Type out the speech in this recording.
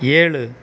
ஏழு